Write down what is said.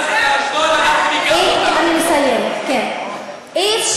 למה שלא תלכי גם את לעזה?